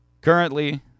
Currently